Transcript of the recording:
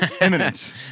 imminent